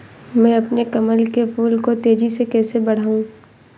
मैं अपने कमल के फूल को तेजी से कैसे बढाऊं?